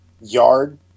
yard